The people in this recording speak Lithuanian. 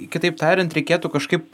kitaip tariant reikėtų kažkaip